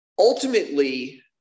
Ultimately